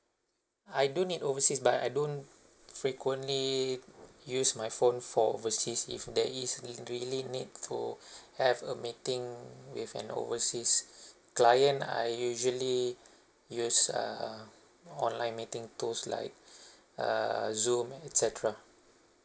I do need overseas but I don't frequently use my phone for overseas if there is we really need to have a meeting with an overseas client I usually use um online meeting those like err zoom et cetera